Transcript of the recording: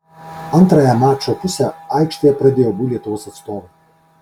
antrąją mačo pusę aikštėje pradėjo abu lietuvos atstovai